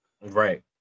right